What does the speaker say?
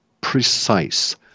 precise